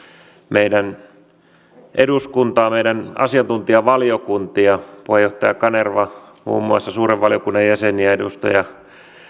meidän eduskuntaamme meidän asiantuntijavaliokuntiamme puheenjohtaja kanervaa muun muassa suuren valiokunnan jäseniä edustaja